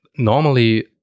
Normally